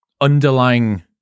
underlying